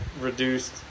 reduced